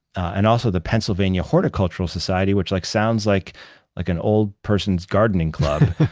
and also the pennsylvania horticultural society, which like sounds like like an old person's gardening club,